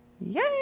Yay